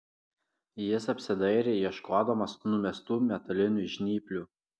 jis apsidairė ieškodamas numestų metalinių žnyplių